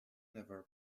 never